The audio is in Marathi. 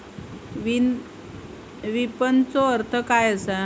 विपणनचो अर्थ काय असा?